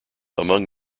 among